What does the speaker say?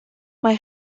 mae